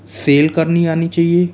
cell करनी आनी चाहिए